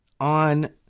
on